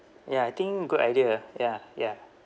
ya I think good idea ah ya ya